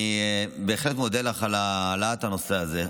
אני בהחלט מודה לך על העלאת הנושא הזה.